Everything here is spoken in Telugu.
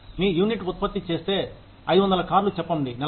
మీ యూనిట్ ఉత్పత్తి చేస్తే 500 కార్లు చెప్పండి నెలలో